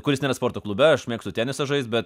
kuris nėra sporto klube aš mėgstu tenisą žaist bet